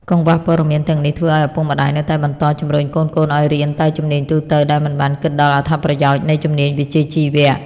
កង្វះព័ត៌មានទាំងនេះធ្វើឲ្យឪពុកម្តាយនៅតែបន្តជំរុញកូនៗឲ្យរៀនតែជំនាញទូទៅ ដោយមិនបានគិតដល់អត្ថប្រយោជន៍នៃជំនាញវិជ្ជាជីវៈ។